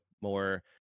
more